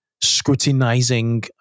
scrutinizing